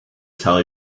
tell